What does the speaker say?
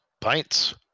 pints